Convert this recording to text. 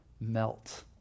melt